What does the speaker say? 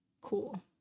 Cool